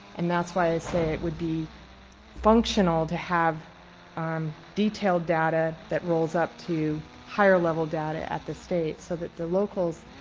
and that's why i said it would be functional to have um detailed data that rolls up to higher level data at the state so that the locals,